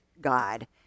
God